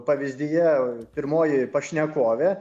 pavyzdyje pirmoji pašnekovė